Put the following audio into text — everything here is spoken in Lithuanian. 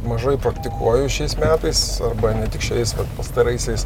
mažai praktikuoju šiais metais arba ne tik šiais pastaraisiais